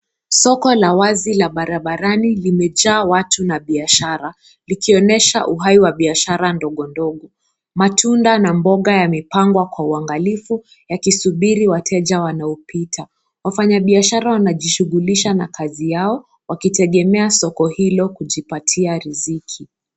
Soko la wazi la barabarani limejaa watu na biashara, likionyesha uhai wa biashara ndogondogo. Matunda na mboga yamepangwa kwa uangalifu yakisubiri wateja wanaopita. Wafanyabishara wanajishughulisha na kazi yao wakitegemea soko hilo kujipatia riziki.